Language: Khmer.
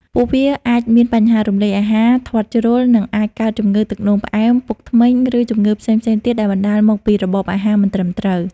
ពួកវាអាចមានបញ្ហារំលាយអាហារ ធាត់ជ្រុល និងអាចកើតជំងឺទឹកនោមផ្អែម ពុកធ្មេញ ឬជំងឺផ្សេងៗទៀតដែលបណ្ដាលមកពីរបបអាហារមិនត្រឹមត្រូវ។